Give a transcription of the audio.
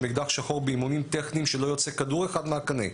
אקדח שחור באימונים טכניים כשלא יוצא כדור אחד מהקנה,